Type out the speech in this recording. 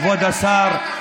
כבוד השר,